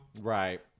right